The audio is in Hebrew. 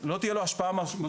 לא תהיה לו השפעה משמעותית,